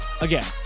Again